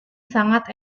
sangat